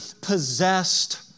possessed